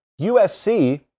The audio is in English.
USC